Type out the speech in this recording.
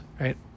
right